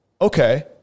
okay